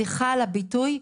סליחה על הביטוי,